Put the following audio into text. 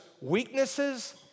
weaknesses